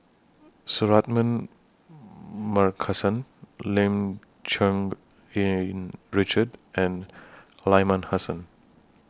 Suratman Markasan Lim Cherng Yih Richard and Aliman Hassan